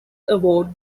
award